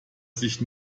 sich